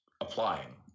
applying